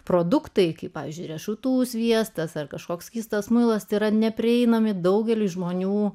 produktai kaip pavyzdžiui riešutų sviestas ar kažkoks skystas muilas yra neprieinami daugeliui žmonių